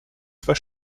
zwei